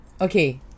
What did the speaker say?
okay